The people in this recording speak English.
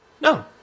No